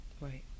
Right